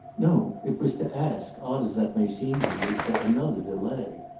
no it was to ask, odd as that may seem to you, for another delay.